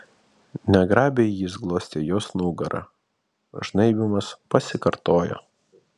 negrabiai jis glostė jos nugarą žnaibymas pasikartojo